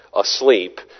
asleep